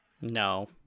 No